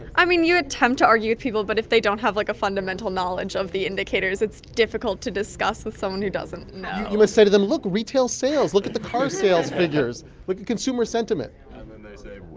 i mean, you attempt to argue with people. but if they don't have, like, a fundamental knowledge of the indicators, it's difficult to discuss with someone who doesn't know you must say to them, look. retail sales. look at the car sales figures look at consumer sentiment and then they say,